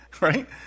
right